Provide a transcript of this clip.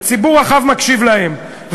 וציבור רחב מקשיב להם,